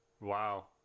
Wow